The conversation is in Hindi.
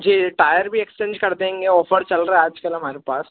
जी टायर भी एक्सचेंज कर देंगे ऑफ़र चल रहा है आज कल हमारे पास